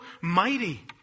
mighty